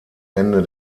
ende